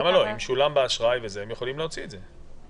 אם שולם באשראי הם יכולים לדעת את זה.